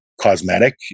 cosmetic